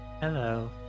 Hello